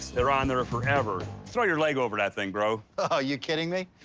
they're on there forever. throw your leg over that thing, bro. oh, you kidding me?